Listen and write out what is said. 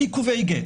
עיכובי גט.